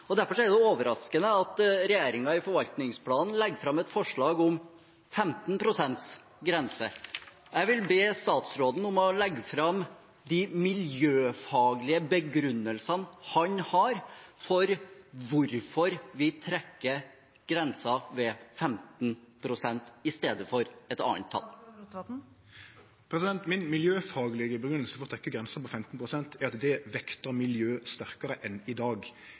Derfor er det overraskende at regjeringen i forvaltningsplanen legger fram et forslag om en 15 pst.-grense. Jeg vil be statsråden om å legge fram de miljøfaglige begrunnelsene han har for hvorfor vi trekker grensen ved 15 pst. i stedet for et annet tall. Mi miljøfaglege grunngjeving for å trekkje grensa på 15 pst. er at det vektar miljø sterkare enn i dag.